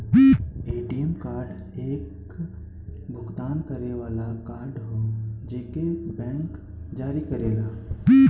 ATM card एक भुगतान करे वाला कार्ड हौ जेके बैंक जारी करेला